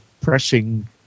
pressing